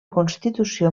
constitució